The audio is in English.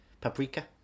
Paprika